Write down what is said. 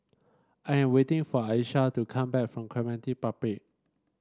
I am waiting for Alysha to come back from Clementi Public